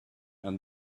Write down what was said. and